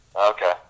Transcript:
Okay